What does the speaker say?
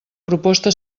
proposta